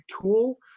tool